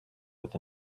with